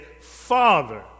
Father